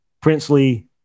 Princely